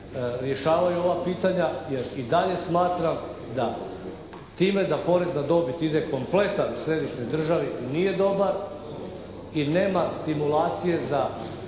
rješavaju ova pitanja, jer i dalje smatram da time da porez na dobit ide kompletan središnjoj državi nije dobar i nema stimulacije za